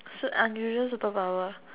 so unusual superpower